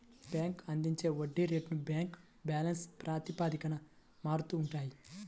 bank అందించే వడ్డీ రేట్లు బ్యాంక్ బ్యాలెన్స్ ప్రాతిపదికన మారుతూ ఉంటాయి